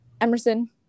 Emerson